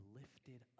lifted